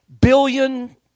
billion